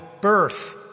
birth